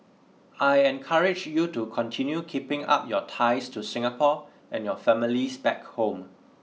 I encourage you to continue keeping up your ties to Singapore and your families back home